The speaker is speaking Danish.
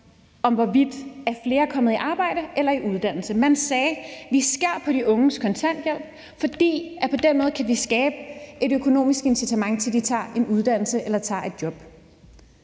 for, om flere er kommet i arbejdet eller i uddannelse. Man sagde: Vi skærer i de unges kontanthjælp, for på den måde kan vi skabe et økonomisk incitament til, at de tager en uddannelse eller tager